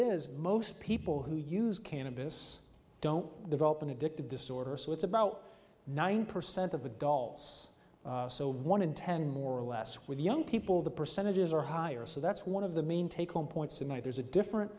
is most people who use cannabis don't develop an addictive disorder so it's about nine percent of adults so one in ten more or less with young people the percentages are higher so that's one of the main take home points tonight there's a different